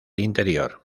interior